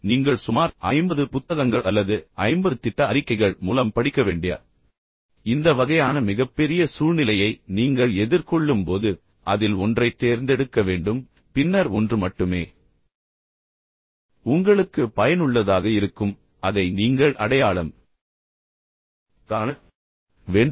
நீங்கள் சுமார் 50 புத்தகங்கள் அல்லது 50 திட்ட அறிக்கைகள் மூலம் படிக்க வேண்டிய இந்த வகையான மிகப்பெரிய சூழ்நிலையை நீங்கள் எதிர்கொள்ளும்போது அதில் ஒன்றைத் தேர்ந்தெடுக்க வேண்டும் பின்னர் ஒன்று மட்டுமே உங்களுக்கு பயனுள்ளதாக இருக்கும் அதை நீங்கள் அடையாளம் காண வேண்டும்